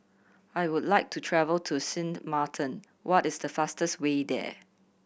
I would like to travel to Sint Maarten what is the fastest way there